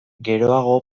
geroago